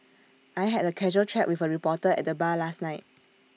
I had A casual chat with A reporter at the bar last night